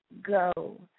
go